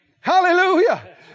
Hallelujah